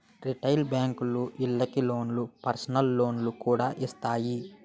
retail బేంకులు ఇళ్ళకి లోన్లు, పర్సనల్ లోన్లు కూడా ఇత్తాయి